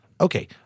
Okay